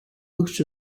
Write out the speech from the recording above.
most